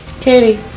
Katie